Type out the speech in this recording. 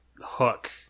hook